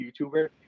YouTuber